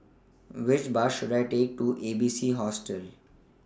Which Bus should I Take to A B C Hostel